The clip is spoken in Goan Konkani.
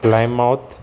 लायमावत